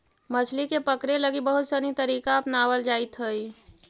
मछली के पकड़े लगी बहुत सनी तरीका अपनावल जाइत हइ